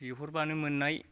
बिहरबानो मोननाय